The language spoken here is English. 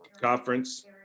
conference